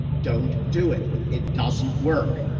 don't do it. it doesn't work.